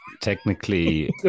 technically